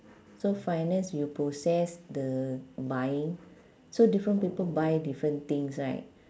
so finance you process the buying so different people buy different things right